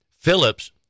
Phillips